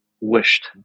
wished